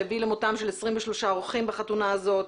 שהביא למותם של 23 אורחים בחתונה הזו,